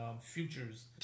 futures